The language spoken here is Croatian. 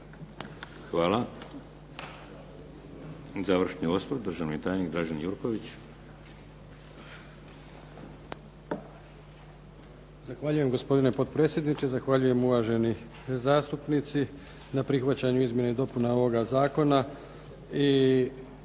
Hvala. Završni osvrt državni tajnik Dražen Jurković.